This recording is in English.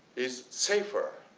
is safer